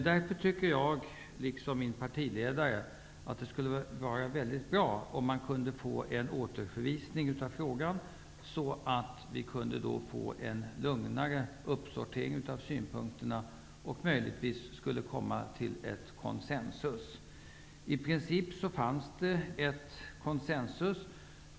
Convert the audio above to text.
Därför tycker jag, liksom min partiledare, att det skulle vara bra om frågan kunde återförvisas, så att vi kunde få en lugnare uppsortering av synpunkterna och möjligtvis komma till ett konsensus. I princip fanns ett konsensus.